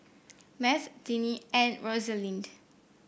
Math Tinnie and Rosalind